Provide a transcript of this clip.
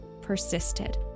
persisted